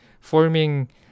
forming